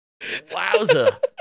Wowza